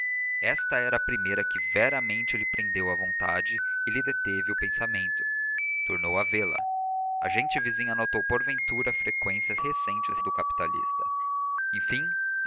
esta era a primeira que veramente lhe prendeu a vontade e lhe deteve o pensamento tornou a vê-la a gente vizinha notou porventura a frequência recente do capitalista enfim